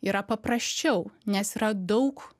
yra paprasčiau nes yra daug